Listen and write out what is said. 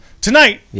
Tonight